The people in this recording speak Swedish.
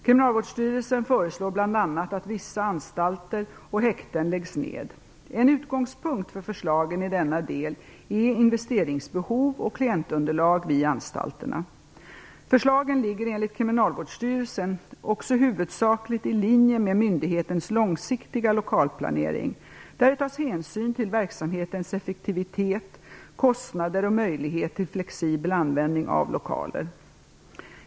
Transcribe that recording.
Kriminalvårdsstyrelsen föreslår bl.a. att vissa anstalter och häkten läggs ned. En utgångspunkt för förslagen i denna del är investeringsbehov och klientunderlag vid anstalterna. Förslagen ligger enligt Kriminalvårdsstyrelsen också huvudsakligt i linje med myndighetens långsiktiga lokalplanering, där det tas hänsyn till verksamhetens effektivitet, kostnader och möjligheter till flexibel användning av lokaler.